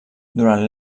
durant